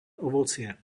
ovocie